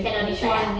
cannot decide ah